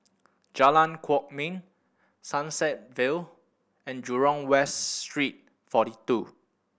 Jalan Kwok Min Sunset Vale and Jurong West Street Forty Two